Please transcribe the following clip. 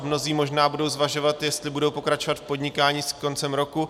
Mnozí možná budou zvažovat, jestli budou pokračovat v podnikání s koncem roku.